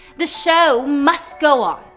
the show must go on.